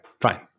fine